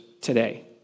today